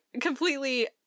completely